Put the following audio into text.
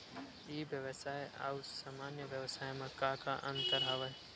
ई व्यवसाय आऊ सामान्य व्यवसाय म का का अंतर हवय?